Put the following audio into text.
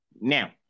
Now